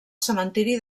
cementiri